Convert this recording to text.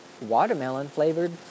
watermelon-flavored